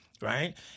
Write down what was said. Right